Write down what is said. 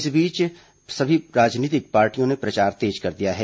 इस बीच सभी राजनीतिक पार्टियों ने प्रचार तेज कर दिया है